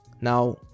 Now